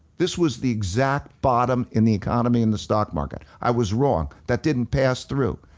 this was the exact bottom in the economy and the stock market. i was wrong. that didn't pass through.